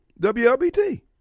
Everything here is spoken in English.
WLBT